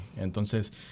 entonces